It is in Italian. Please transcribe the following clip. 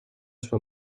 sua